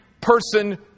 person